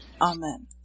Amen